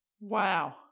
wow